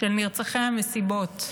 של נרצחי המסיבות,